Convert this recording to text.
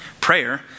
Prayer